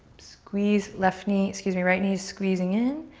squeeze left knee, excuse me, right knee squeezing in.